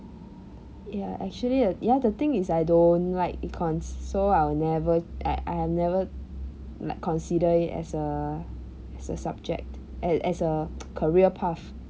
ya actually ya the thing is I don't like econs so I'll never I I had never like consider it as a as a subject as as a career path